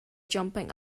jumping